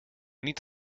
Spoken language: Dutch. niet